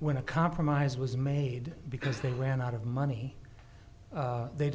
when a compromise was made because they ran out of money they